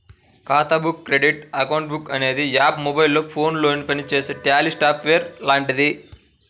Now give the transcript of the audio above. ఖాతా book credit account book అనే app mobile ఫోనులో పనిచేసే ట్యాలీ సాఫ్ట్ వేర్ లాంటిది